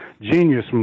genius